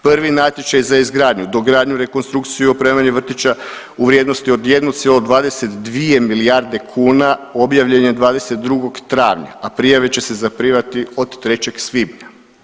Prvi natječaj za izgradnju, dogradnju, rekonstrukciju, opremanje vrtića u vrijednosti od 1,22 milijarde kuna objavljen je 22. travnja, a prijave će se zaprimati od 3. svibnja.